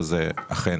וזה אכן